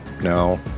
No